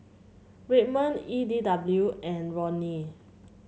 Redmond E D W and Roni